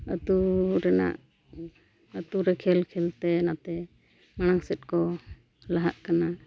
ᱟᱹᱛᱩ ᱨᱮᱱᱟᱜ ᱟᱹᱛᱩᱨᱮ ᱠᱷᱮᱞ ᱠᱷᱮᱞᱛᱮ ᱱᱚᱛᱮ ᱢᱟᱲᱟᱝ ᱥᱮᱫ ᱠᱚ ᱞᱟᱦᱟᱜ ᱠᱟᱱᱟ